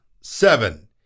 seven